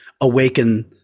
awaken